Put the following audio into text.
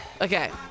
Okay